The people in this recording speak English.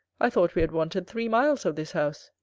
i thought we had wanted three miles of this house,